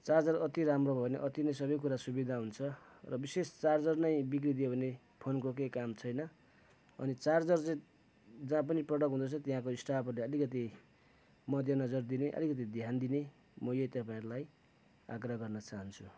charger अति नै राम्रो भयो भने अति नै धेरै कुरा सुविधा हुन्छ र विशेष चार्जर नै बिग्रिदियो भने फोनको केही काम छैन अनि चार्जर चाहिँ जहाँ पनि प्रडक्ट हुँदैछ त्यहाँको स्टाफहरूले अलिकति मध्यनजर दिने अलिकति ध्यान दिने म यही तपाईँहरूलाई आग्रह गर्न चाहन्छु